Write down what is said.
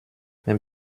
mais